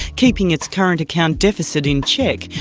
keeping its current account deficit in check,